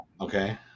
Okay